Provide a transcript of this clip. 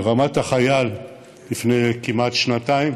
ברמת החייל לפני כמעט שנתיים